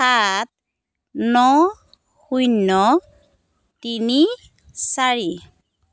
সাত ন শূন্য তিনি চাৰি